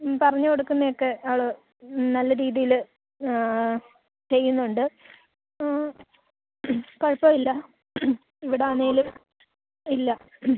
മ്മ് പറഞ്ഞുകൊടുക്കുന്നത് ഒക്കെ അവൾ മ്മ് നല്ല രീതിയിൽ ചെയ്യുന്നുണ്ട് കുഴപ്പം ഇല്ല ഇവിടെ ആന്നേലും ഇല്ല